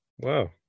Wow